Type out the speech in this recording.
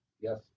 Yes